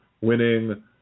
winning